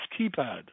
keypad